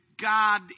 God